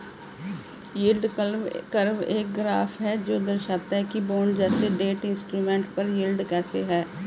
yield curve एक graph है जो दर्शाता है कि बॉन्ड जैसे डेट इंस्ट्रूमेंट पर यील्ड कैसे है